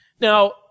Now